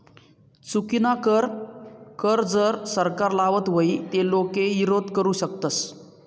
चुकीनाकर कर जर सरकार लावत व्हई ते लोके ईरोध करु शकतस